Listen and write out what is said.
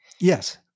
Yes